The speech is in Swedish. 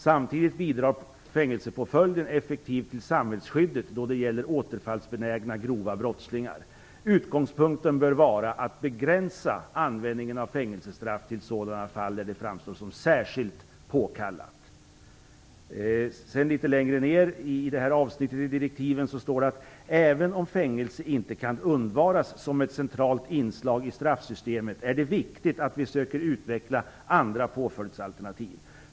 Samtidigt bidrar fängelsepåföljden effektivt till samhällsskyddet då det gäller återfallsbenägna grova våldsbrottslingar. Utgångspunkten bör vara att begränsa användningen av fängelsestraff till sådana fall där det framstår som särskilt påkallat." Litet längre ner i direktiven står det: "Även om fängelse inte kan undvaras som ett centralt inslag i straffsystemet är det viktigt att vi söker utveckla andra påföljdsalternativ.